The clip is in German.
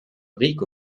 rico